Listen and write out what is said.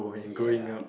ya